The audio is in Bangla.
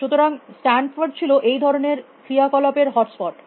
সুতরাং স্টানফোর্ড ছিল এই ধরনের ক্রিয়াকলাপ এর হটস্পট